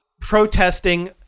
protesting